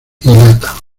lata